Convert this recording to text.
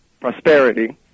prosperity